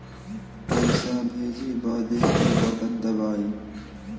पइसा भेजे बदे ई बटन दबाई